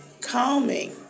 calming